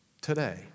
today